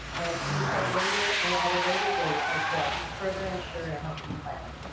and it can be held later at a later date as well to further ensure a healthy environment.